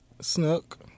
Snook